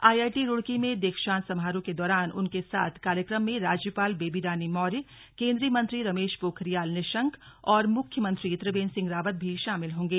IIT Roorkee में दीक्षांत समारोह के दौरान उनके साथ कार्यक्रम में राज्यपाल बेबी रानी मौर्य केंद्रीय मंत्री रमेश पोखरियाल निशंक और मुख्यमंत्री त्रिवेंद्र सिंह रावत भी शामिल होंगे